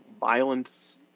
Violence